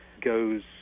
goes